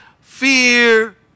fear